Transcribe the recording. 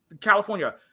California